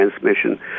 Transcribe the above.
transmission